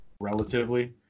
relatively